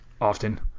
often